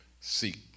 seek